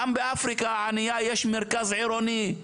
גם באפריקה הענייה יש מרכז עירוני.